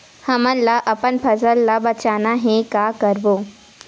हमन ला अपन फसल ला बचाना हे का करबो?